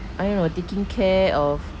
I don't know taking care of